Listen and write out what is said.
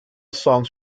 songs